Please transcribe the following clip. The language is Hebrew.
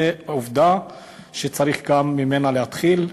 זה עובדה שצריך ממנה להתחיל.